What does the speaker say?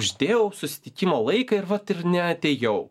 uždėjau susitikimo laiką ir vat ir neatėjau